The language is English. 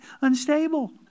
unstable